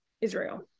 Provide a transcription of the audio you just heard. Israel